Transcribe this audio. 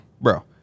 bro